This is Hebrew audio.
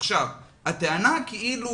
הטענה כאילו